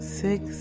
six